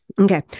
Okay